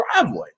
driveway